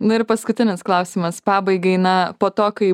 nu ir paskutinis klausimas pabaigai na po to kai